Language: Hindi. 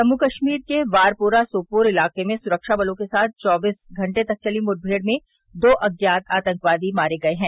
जम्मू कश्मीर के वारपोरा सोपोर इलाके में सुरक्षा बलों के साथ चौबीस घंटे तक चली मुठभेड़ में दो अज्ञात आतंकवादी मारे गए है